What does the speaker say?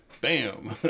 Bam